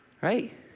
Right